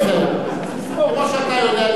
זו שנייה.